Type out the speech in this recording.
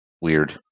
weird